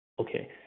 Okay